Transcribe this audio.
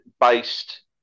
based